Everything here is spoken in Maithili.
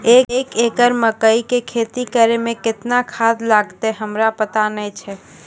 एक एकरऽ मकई के खेती करै मे केतना खाद लागतै हमरा पता नैय छै?